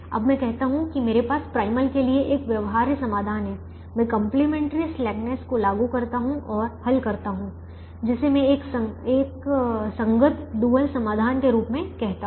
अब मैं कहता हूं कि मेरे पास प्राइमल के लिए एक व्यवहार्य समाधान है मैं कंप्लीमेंट्री स्लैकनेस को लागू करता हूं और हल करता हूं जिसे मैं एक संगत डुअल समाधान के रूप में कहता हूं